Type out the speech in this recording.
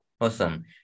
Awesome